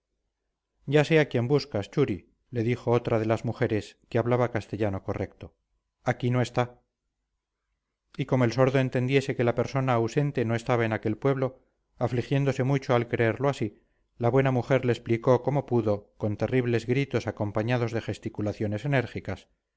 ya sé a quién buscas churi le dijo otra de las mujeres que hablaba castellano correcto aquí no está y como el sordo entendiese que la persona ausente no estaba en aquel pueblo afligiéndose mucho al creerlo así la buena mujer le explicó como pudo con terribles gritos acompañados de gesticulaciones enérgicas